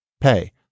pay